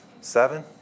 Seven